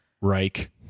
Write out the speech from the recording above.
Reich